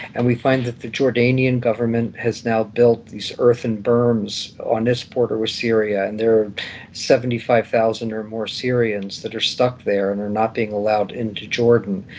and we find that the jordanian government has now built these earthen berms on its border with syria, and there are seventy five thousand or more syrians that are stuck there and they are not being allowed into jordan,